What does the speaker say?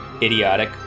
Idiotic